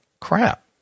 crap